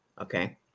Okay